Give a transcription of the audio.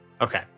Okay